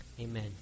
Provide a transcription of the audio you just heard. Amen